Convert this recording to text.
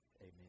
Amen